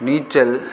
நீச்சல்